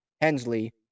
Hensley